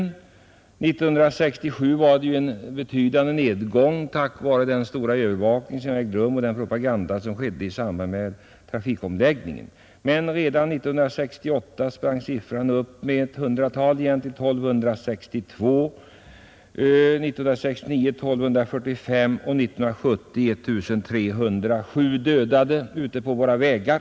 År 1967 var det en betydande nedgång tack vare den stora övervakningen och propagandan i samband med trafikomläggningen, men redan 1968 ökade siffran med ett hundratal till 1262. År 1969 var det 1 245, och 1970 var det 1 307 personer som dödades på våra vägar.